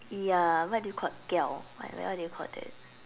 ya what do you call what what do you call that